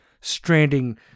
stranding